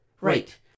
right